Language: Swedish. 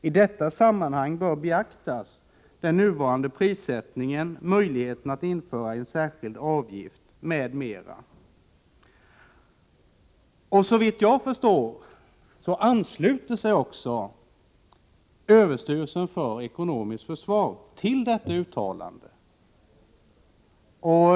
I detta sammanhang bör beaktas den nuvarande prissättningen, möjligheten att införa en särskild avgift m.m.” Såvitt jag förstår ansluter sig också överstyrelsen för ekonomiskt försvar till detta uttalande.